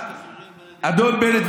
אדון בנט,